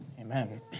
Amen